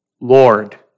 Lord